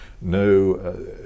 no